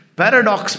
paradox